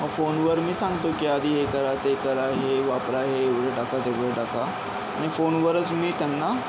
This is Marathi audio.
मग फोनवर मी सांगतो की आधी हे करा ते करा हे वापरा हे एवढं टाका तेवढं टाका आणि फोनवरच मी त्यांना